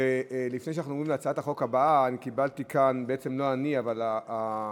לפיכך, הצעת חוק המכר (דירות)